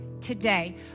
today